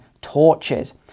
torches